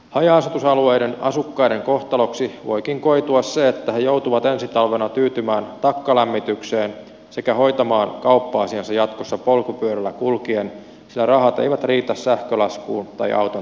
haja asutusalueiden asukkaiden kohtaloksi voikin koitua se että he joutuvat ensi talvena tyytymään takkalämmitykseen sekä hoitamaan kauppa asiansa jatkossa polkupyörällä kulkien sillä rahat eivät riitä sähkölaskuun tai auton tankkaamiseen